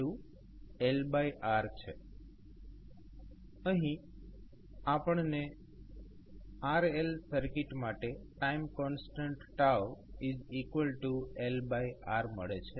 તો અહીં આપણને RL સર્કિટ માટે ટાઈમ કોન્સ્ટન્ટ LR મળે છે